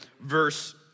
verse